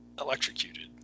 electrocuted